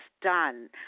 done